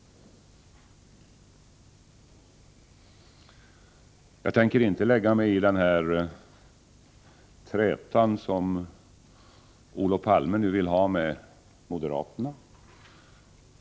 Jag tänker inte lägga mig i den här trätan som Olof Palme nu vill ha med moderaterna.